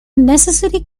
necessary